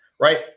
right